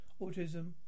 autism